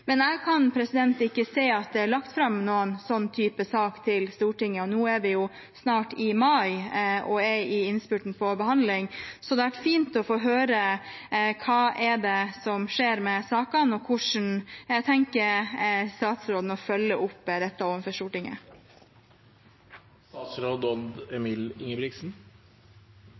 Men jeg kan ikke se at det er lagt fram noen sånn type sak for Stortinget, og nå er vi snart i mai og er i innspurten av behandlingen. Det hadde vært fint å få høre hva som skjer med sakene, og hvordan statsråden tenker å følge opp dette overfor Stortinget.